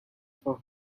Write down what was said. for